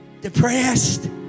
depressed